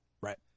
Right